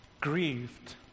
grieved